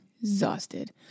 exhausted